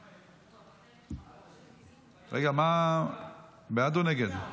רגע, בעד או נגד?